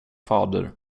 fader